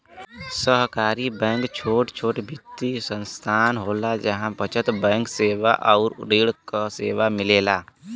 सहकारी बैंक छोट छोट वित्तीय संस्थान होला जहा बचत बैंक सेवा आउर ऋण क सेवा मिलेला